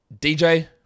DJ